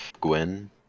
Gwen